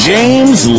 James